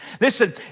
Listen